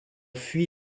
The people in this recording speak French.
fui